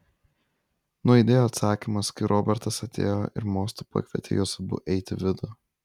nuaidėjo atsakymas kai robertas atėjo ir mostu pakvietė juos abu eiti į vidų